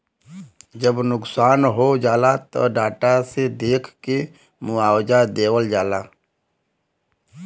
जब नुकसान हो जाला त डाटा से देख के मुआवजा देवल जाला